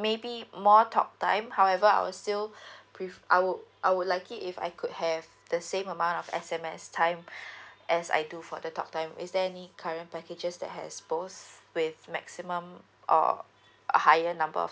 maybe more talk time however I'll still pref~ I would I would like it if I could have the same amount of S_M_S time as I do for the talk time is there any current packages that has both with maximum or a higher number of